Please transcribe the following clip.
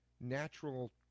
natural